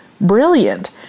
brilliant